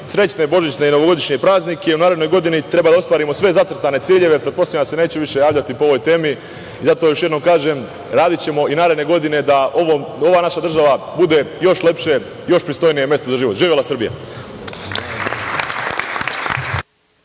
srećne božićne i novogodišnje praznike. U narednoj godini treba da ostvarimo sve zacrtane ciljeve. Pretpostavljam da se neću više javljati po ovoj temi i zato još jednom kažem radićemo i naredne godine da ova naša država bude još lepše, još pristojnije mesto za život. Živela Srbija!